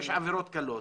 יש עבירות קלות